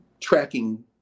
tracking